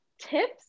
tips